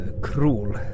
cruel